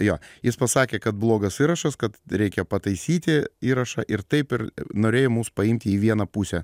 jo jis pasakė kad blogas įrašas kad reikia pataisyti įrašą ir taip ir norėjo mus paimti į vieną pusę